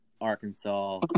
Arkansas